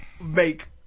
make